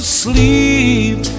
sleep